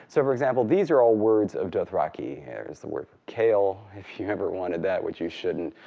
so for example, these are all words of dothraki. there's the word for kale if you ever wanted that, which you shouldn't.